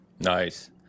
Nice